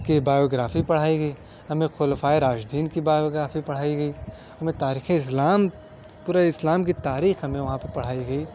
کی بایوگرافی پڑھائی گئی ہمیں خُلفاءِ راشدین کی بایوگرافی پڑھائی گئی ہمیں تاریخ اسلام پورے اسلام کی تاریخ ہمیں وہاں پہ پڑھائی گئی